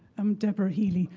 i'm debra healy.